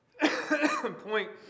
point